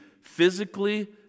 physically